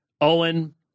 Owen